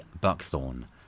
Buckthorn